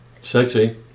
sexy